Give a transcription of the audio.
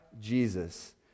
jesus